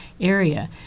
area